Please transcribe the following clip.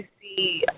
see